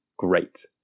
great